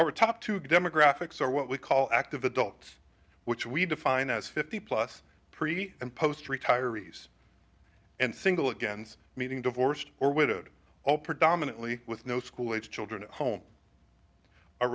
are top two demographics or what we call active adults which we define as fifty plus pretty and post retirees and single against meeting divorced or widowed all predominantly with no school age children at home